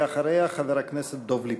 ואחריה, חבר הכנסת דב ליפמן.